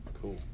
Cool